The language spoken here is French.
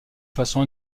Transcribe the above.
façon